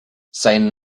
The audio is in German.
sein